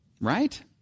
Right